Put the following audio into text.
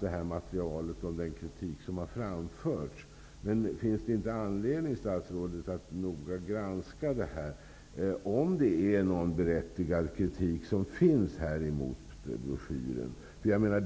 hela materialet om den kritik som har framförts. Men finns det inte, statsrådet, anledning att noga granska det här för att se om kritiken mot broschyren är berättigad?